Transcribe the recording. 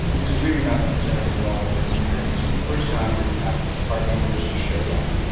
is really not representative at all of the country. and this was the first time that you had hard numbers to show that.